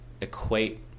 equate